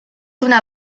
una